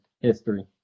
history